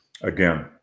again